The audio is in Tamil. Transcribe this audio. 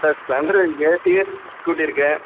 சார் ஸ்ப்ளெண்ட்ரு இருக்குது டிவிஎஸ் ஸ்கூட்டி இருக்குது